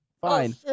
Fine